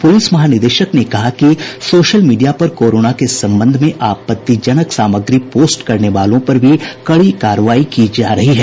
police महानिदेशक ने कहा कि सोशल मीडिया पर कोरोना के संबंध में आपत्तिजनक सामग्री पोस्ट करने वालों पर भी कड़ी कार्रवाई की जा रही है